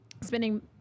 spending